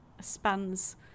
spans